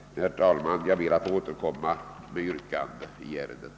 Jag ber, herr talman, att senare få återkomma med yrkande i ärendet.